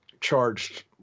charged